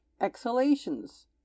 exhalations